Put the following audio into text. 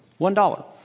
one dollar.